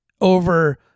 over